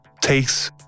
takes